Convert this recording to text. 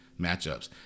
matchups